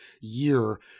year